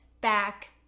back